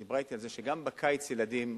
היא דיברה אתי על זה שגם בקיץ ילדים אוכלים.